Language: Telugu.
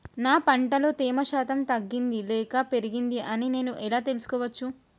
నా పంట లో తేమ శాతం తగ్గింది లేక పెరిగింది అని నేను ఎలా తెలుసుకోవచ్చు?